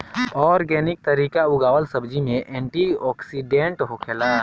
organic तरीका उगावल सब्जी में एंटी ओक्सिडेंट होखेला